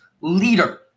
leader